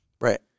Right